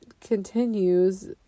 continues